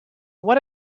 what